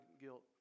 guilt